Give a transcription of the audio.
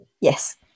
Yes